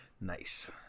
Nice